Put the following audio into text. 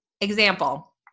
Example